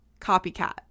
copycat